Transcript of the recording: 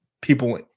people